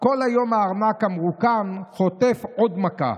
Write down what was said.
כל היום הארנק המרוקן חוטף עוד מכה.